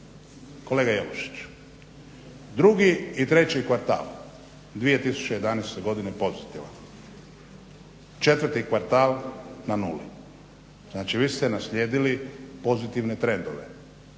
kolega Jelušiću drugi i treći kvartal 2011.godine pozitivan, 4.kvartal na nuli. Znači vi ste naslijedili pozitivne trendove.